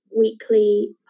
weekly